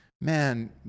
man